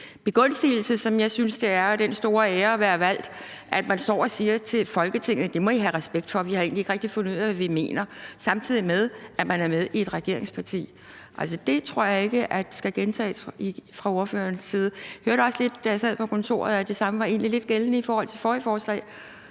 begunstigelse, som jeg synes det er, og den store ære at være valgt, står og siger til Folketinget, at vi må have respekt for, at man egentlig ikke rigtig har fundet ud af, hvad man mener – samtidig med at man er med i et regeringsparti. Det tror jeg ikke skal gentages fra ordførerens side. Jeg hørte også, da jeg sad på kontoret, at det samme egentlig lidt var gældende i forhold til forrige forslag.